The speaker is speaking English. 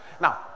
Now